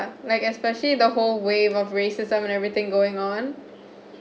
like especially the whole wave of racism and everything going on